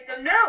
No